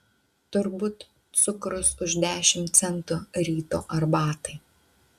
turbūt cukrus už dešimt centų ryto arbatai